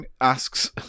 asks